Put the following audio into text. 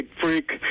freak